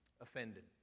offended